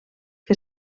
que